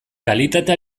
kalitate